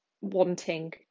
wanting